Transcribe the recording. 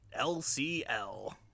LCL